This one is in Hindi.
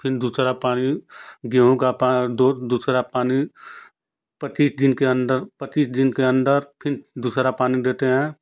फिर दूसरा पानी गेहूँ का पा दू दूसरा पानी पाचीस दिन के अंदर पाचीस दिन के अंदर फिर दूसरा पानी देते हैं